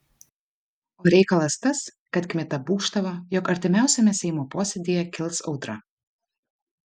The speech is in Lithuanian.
o reikalas tas kad kmita būgštavo jog artimiausiame seimo posėdyje kils audra